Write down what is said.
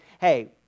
Hey